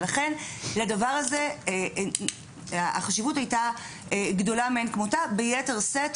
ולכן החשיבות לדבר הזה הייתה גדולה מאין כמותה ביתר שאת,